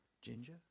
Ginger